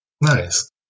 Nice